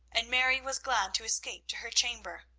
and mary was glad to escape to her chamber.